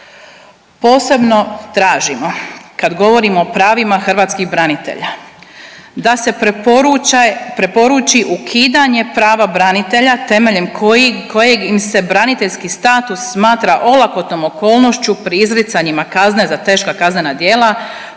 Posebno tražimo kad govorimo o pravima hrvatskih branitelja da se preporuči ukidanje prava branitelja temeljem kojeg im se braniteljski status smatra olakotnom okolnošću pri izricanjima kazne za teška kaznena djela,